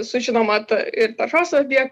su žinoma it ir taršos objek